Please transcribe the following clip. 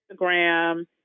Instagram